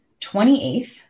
28th